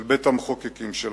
של בית-המחוקקים שלנו.